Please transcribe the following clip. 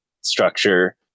structure